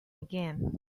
again